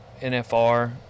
NFR